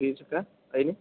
ഫീസൊക്കെ അതിന്